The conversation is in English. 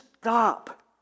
stop